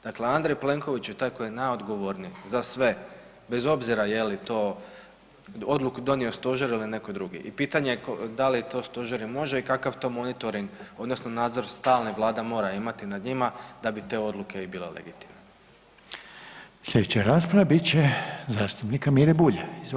Dakle, Andrej Plenković je taj koji je najodgovorniji za sve bez obzira je li to odluku donio stožer ili neko drugi i pitanje je da li to stožer i može i kakav to monitoring odnosno nadzor stalni vlada mora imati nad njima da bi te odluke i bile legitimne?